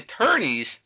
attorneys